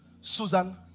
Susan